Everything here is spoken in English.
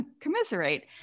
commiserate